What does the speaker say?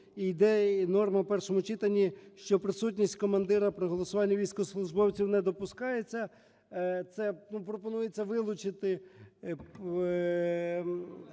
йде норма в першому читанні, що присутність командира при голосуванні військовослужбовців не допускається. Це пропонується вилучити